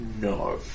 No